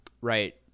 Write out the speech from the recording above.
right